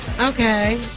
Okay